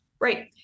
Right